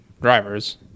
drivers